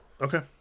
Okay